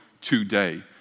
today